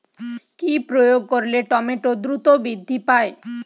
কি প্রয়োগ করলে টমেটো দ্রুত বৃদ্ধি পায়?